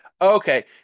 Okay